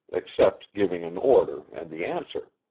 except giving an order and the answer.